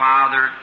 Father